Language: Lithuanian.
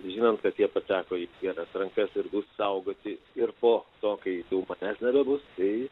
žinant kad jie pateko į geras rankas ir saugoti ir po to kai manęs nebebus tai